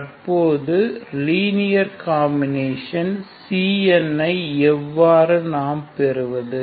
தற்பொழுது linear combination Cn ஐ எவ்வாறு நாம் பெறுவது